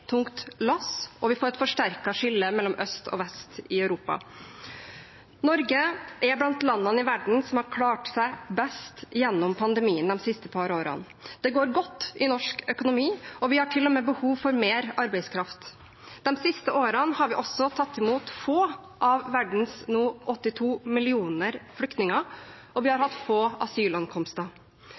tungt lass og vi får et forsterket skille mellom øst og vest i Europa. Norge er blant landene i verden som har klart seg best gjennom pandemien de siste par årene. Det går godt i norsk økonomi, og vi har til og med behov for mer arbeidskraft. De siste årene har vi også tatt imot få av verdens nå 82 millioner flyktninger, og vi har hatt få asylankomster.